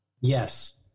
Yes